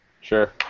Sure